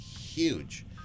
huge